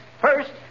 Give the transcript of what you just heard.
first